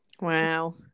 Wow